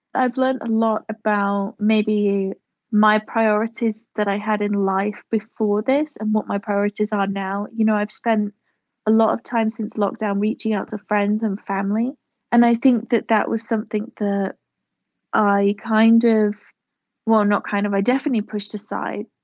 i've learnt a lot about maybe my priorities that i had in life before this and what my priorities are now, you know i've spent a lot of time since lockdown reaching out to friends and family and i think that that was something that i kind of well not kind of, i definitely pushed aside.